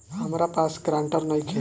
हमरा पास ग्रांटर नइखे?